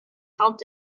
helped